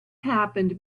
happened